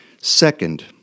Second